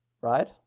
right